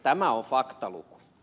tämä on faktaluku